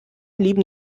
lieben